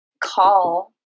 call